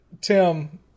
Tim